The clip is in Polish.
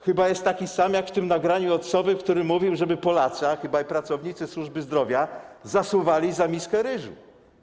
Chyba jest taki sam jak w tym nagraniu od Sowy, w którym mówił, żeby Polacy, ale chyba i pracownicy służby zdrowia, zasuwali za miskę ryżu.